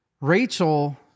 Rachel